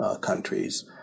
countries